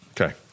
Okay